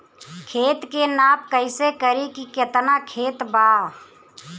खेत के नाप कइसे करी की केतना खेत बा?